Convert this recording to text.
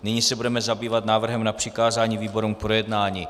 Nyní se budeme zabývat návrhem na přikázání výborům k projednání.